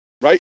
Right